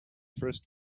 first